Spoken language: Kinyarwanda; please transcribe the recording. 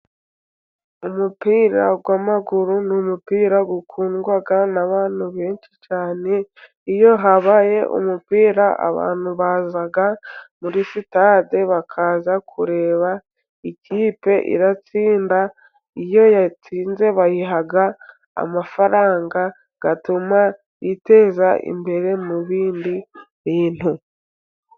Umupira w'amaguru ni umupira ukundwa n'abantu benshi cyane, iyo habaye umupira abantu baza muri sitade, bakaza kureba ikipe iratsinda, iyo yatsinze bayiha amafaranga atuma yiteza imbere mu bindi bintu.